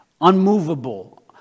Unmovable